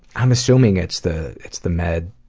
i'm assuming it's the it's the med.